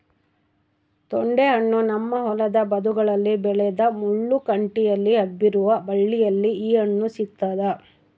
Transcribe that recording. ತೊಂಡೆಹಣ್ಣು ನಮ್ಮ ಹೊಲದ ಬದುಗಳಲ್ಲಿ ಬೆಳೆದ ಮುಳ್ಳು ಕಂಟಿಯಲ್ಲಿ ಹಬ್ಬಿರುವ ಬಳ್ಳಿಯಲ್ಲಿ ಈ ಹಣ್ಣು ಸಿಗ್ತಾದ